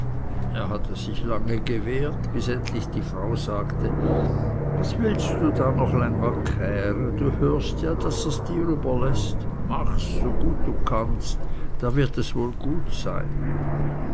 er hatte sich lange gewehrt bis endlich die frau sagte was willst du doch da lange käre du hörst ja daß er dirs überläßt machs so gut du kannst und da wird es wohl gut sein